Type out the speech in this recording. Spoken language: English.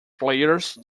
players